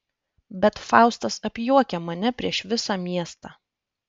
bet faustas apjuokia mane prieš visą miestą